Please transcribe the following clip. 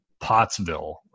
Pottsville